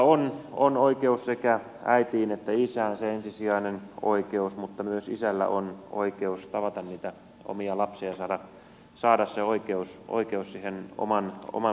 lapsella on oikeus sekä äitiin että isään se ensisijainen oikeus mutta myös isällä on oikeus tavata niitä omia lapsiaan saada se oikeus siihen oman lapsensa tunnustamiseen